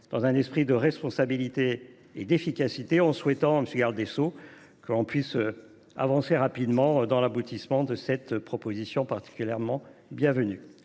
dans un esprit de responsabilité et d’efficacité, en souhaitant, monsieur le garde des sceaux, que nous puissions avancer rapidement dans l’aboutissement de cette proposition de loi particulièrement bienvenue.